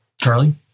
Charlie